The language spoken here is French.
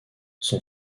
son